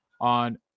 on